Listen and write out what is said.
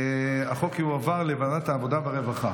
החוק יועבר לוועדת העבודה והרווחה.